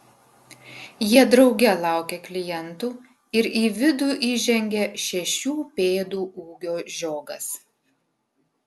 jie drauge laukia klientų ir į vidų įžengia šešių pėdų ūgio žiogas